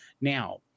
Now